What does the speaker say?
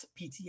PTA